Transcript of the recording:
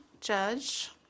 judge